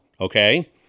okay